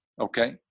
Okay